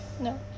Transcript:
no